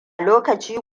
lokaci